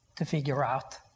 to figure out